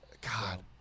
god